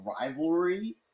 rivalry